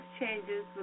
changes